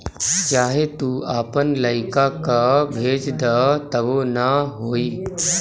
चाहे तू आपन लइका कअ भेज दअ तबो ना होई